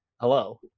Hello